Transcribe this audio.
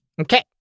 Okay